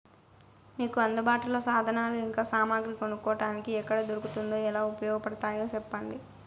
మీకు అందుబాటులో సాధనాలు ఇంకా సామగ్రి కొనుక్కోటానికి ఎక్కడ దొరుకుతుందో ఎలా ఉపయోగపడుతాయో సెప్పండి?